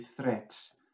threats